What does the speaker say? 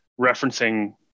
referencing